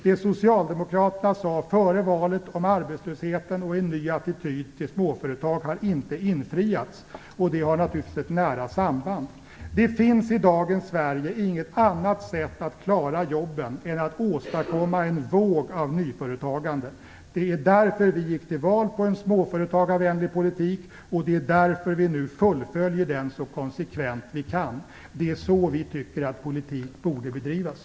Det socialdemokraterna sade före valet om arbetslösheten och en ny attityd till småföretag har inte infriats. Det har naturligtvis ett nära samband. I dagens Sverige finns det inget annat sätt att klara jobben än att åstadkomma en våg av nyföretagande. Det är därför vi gick till val på en småföretagarvänlig politik, och det är därför vi nu fullföljer den så konsekvent vi kan. Det är så vi tycker att politik borde bedrivas.